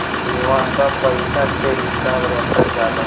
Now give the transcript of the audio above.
इहवा सब पईसा के हिसाब रखल जाला